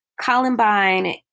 Columbine